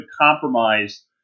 compromise